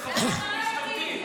זה חבורה של משתמטים,